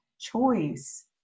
choice